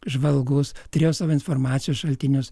žvalgus turėjo savo informacijos šaltinius